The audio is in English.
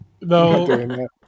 No